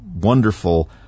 wonderful